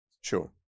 Sure